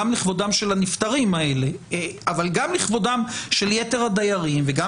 גם לכבודם של הנפטרים האלה אבל גם לכבודם של יתר הדיירים וגם